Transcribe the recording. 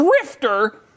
drifter